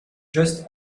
just